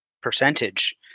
percentage